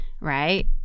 right